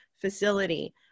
facility